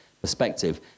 perspective